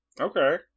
Okay